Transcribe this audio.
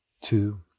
Two